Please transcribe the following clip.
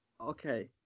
Okay